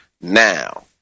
now